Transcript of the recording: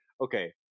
okay